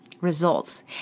results